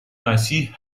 مسیح